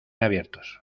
abiertos